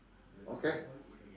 okay